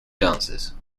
dances